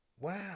Wow